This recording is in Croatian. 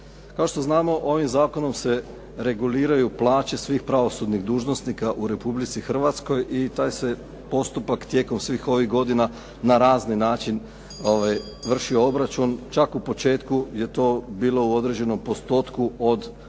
Kao što znamo, ovim zakonom se reguliraju plaće svih pravosudnih dužnosnika u Republici Hrvatskoj i taj se postupak tijekom svih ovih godina na razne načine vršio obračun, čak u početku je to bilo u određenom postotku od plaća